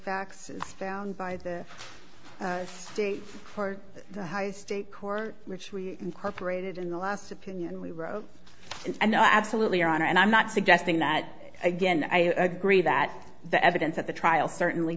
facts found by the state for the high state core which we incorporated in the last opinion we wrote and i absolutely honor and i'm not suggesting that again i agree that the evidence at the trial certainly